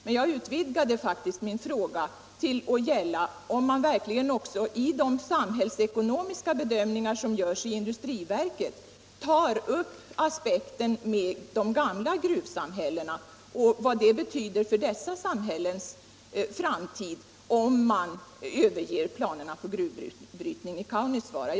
Men jag utvidgade faktiskt min fråga till att gälla om man verkligen också i de samhällsekonomiska bedömningar som görs i industriverket tar upp t.ex. aspekten med de gamla gruvsamhällena och vad det betyder för dessa samhällens framtid om man överger planerna på gruvbrytning i Kaunisvaara.